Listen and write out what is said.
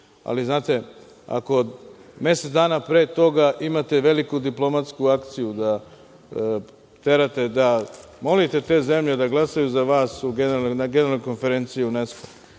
ali znate, ako mesec dana pre toga imate veliku diplomatsku akciju da terate, da molite te zemlje da glasaju za vas na Generalnoj konferenciji UNSESKO.